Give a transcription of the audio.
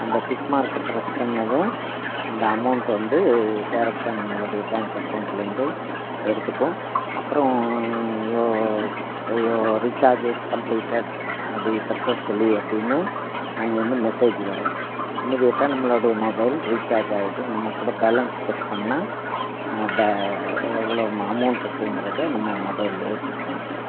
அந்த டிக் மார்க்கை ப்ரஸ் பண்ணதும் அந்த அமௌண்ட்டு வந்து டேரெக்டாக நம்மளுடைய பேங்க் அக்கௌண்ட்லேருந்து எடுத்துக்கும் அப்பறம் யோ யோ ரீசார்ஜஸ் கம்ப்ளீட்டட் அப்படி சக்ஸஸ்ஃபுல்லி அப்படின்னு அங்கேருந்து மெசேஜு வரும் இமிடியேட்டாக நம்மளுடைய மொபைல் ரீசார்ஜ் ஆயிடும் நம்மக் கூட பேலன்ஸ் செக் பண்ணால் ப இவ்வளோ ம அமௌண்ட்ருக்குங்கிறதை நம்ம மொபைல்லேயே செக் பண்ணிக்கலாம்